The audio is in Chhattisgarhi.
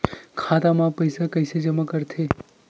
खाता म पईसा कइसे जमा करथे?